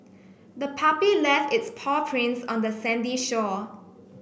the puppy left its paw prints on the sandy shore